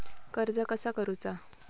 कर्ज कसा करूचा?